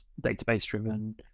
database-driven